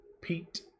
Pete